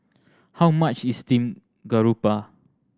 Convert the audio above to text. how much is steamed garoupa